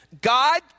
God